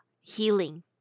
healing